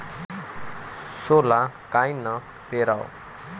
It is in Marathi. सोला कायनं पेराव?